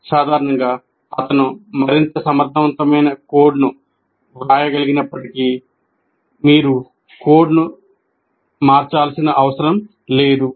సాధారణంగా అతను మరింత సమర్థవంతమైన కోడ్ను వ్రాయగలిగినప్పటికీ మీరు కోడ్ను మార్చాల్సిన అవసరం లేదు